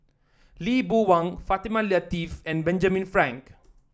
Lee Boon Wang Fatimah Lateef and Benjamin Frank